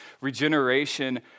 regeneration